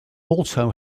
also